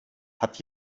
hat